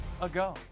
ago